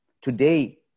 Today